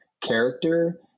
character